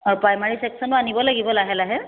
আৰু প্ৰাইমাৰী চেকচনো আনিব লাগিব লাহে লাহে